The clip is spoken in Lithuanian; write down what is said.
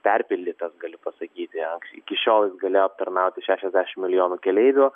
perpildytas galiu pasakyti iki šiol jis galėjo aptarnauti šešiasdešim milijonų keleivių